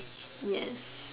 yes